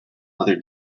other